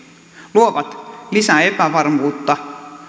luovat lisää epävarmuutta